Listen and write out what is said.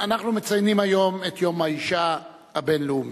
אנחנו מציינים היום את יום האשה הבין-לאומי.